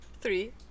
Three